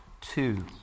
two